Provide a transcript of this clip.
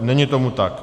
Není tomu tak.